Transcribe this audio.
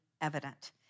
evident